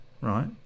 Right